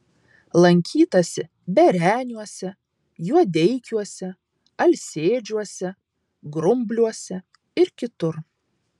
lankytasi bereniuose juodeikiuose alsėdžiuose grumbliuose ir kitur